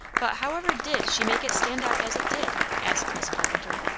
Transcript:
but how ever did she make it stand out as it did, asked miss carpenter.